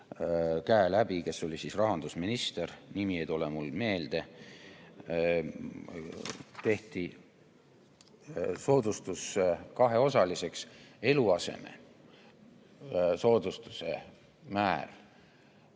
käe läbi, kes oli siis rahandusminister – nimi ei tule mul meelde –, tehti soodustus kaheosaliseks ja eluasemesoodustuse määr